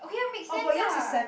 okay makes sense ah